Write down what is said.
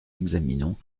examinons